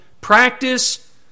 practice